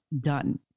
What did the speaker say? done